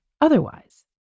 otherwise